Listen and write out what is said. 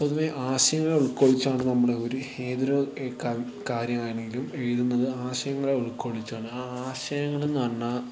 പൊതുവെ ആശയങ്ങൾ ഉൾക്കൊള്ളിച്ചാണ് നമ്മൾ ഒരു ഏതൊരു കാ കാര്യമാണെങ്കിലും എഴുതുന്നത് ആശയങ്ങളെ ഉൾക്കൊള്ളിച്ചാണ് ആ ആശയങ്ങളെന്നു പർണ്ണാ